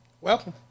Welcome